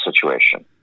situation